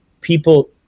People